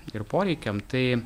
ir poreikiam tai